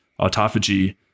autophagy